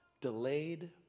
delayed